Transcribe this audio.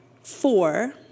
four